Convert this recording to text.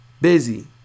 Busy